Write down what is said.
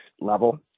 level